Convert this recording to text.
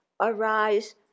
arise